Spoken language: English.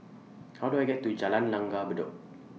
How Do I get to Jalan Langgar Bedok